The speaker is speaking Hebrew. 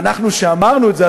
ואנחנו שאמרנו את זה,